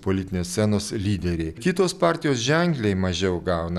politinės scenos lyderiai kitos partijos ženkliai mažiau gauna